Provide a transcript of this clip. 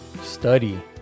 Study